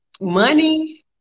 money